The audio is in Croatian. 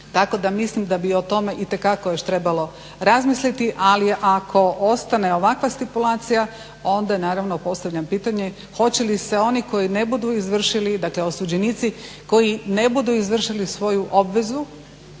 tako da mislim da bi o tome itekako još trebalo razmisliti. Ali ako ostane ovakva stipulacija, onda naravno postavljam pitanje hoće li se oni koji ne budu izvršili, dakle osuđenici koji ne budu izvršili svoju obvezu,